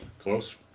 Close